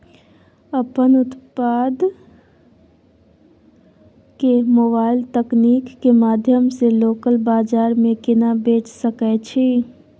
अपन उत्पाद के मोबाइल तकनीक के माध्यम से लोकल बाजार में केना बेच सकै छी?